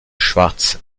schwartz